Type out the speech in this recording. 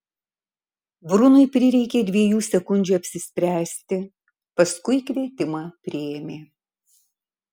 brunui prireikė dviejų sekundžių apsispręsti paskui kvietimą priėmė